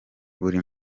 buri